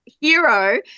hero